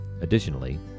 additionally